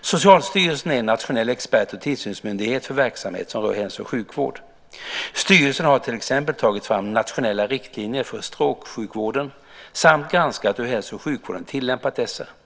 Socialstyrelsen är nationell expert och tillsynsmyndighet för verksamhet som rör hälso och sjukvård. Styrelsen har till exempel tagit fram nationella riktlinjer för strokesjukvården samt granskat hur hälso och sjukvården tillämpat dessa.